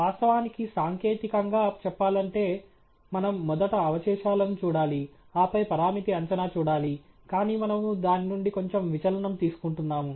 వాస్తవానికి సాంకేతికంగా చెప్పాలంటే మనం మొదట అవశేషాలను చూడాలి ఆపై పరామితి అంచనా చూడాలి కానీ మనము దాని నుండి కొంచెం విచలనం తీసుకుంటున్నాము